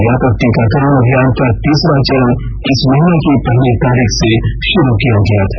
व्यापक टीकाकरण अभियान का तीसरा चरण इस महीने की पहली तारीख से शुरू किया गया था